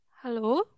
Hello